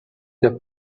der